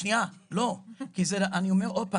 אני אומר עוד פעם.